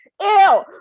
ew